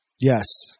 Yes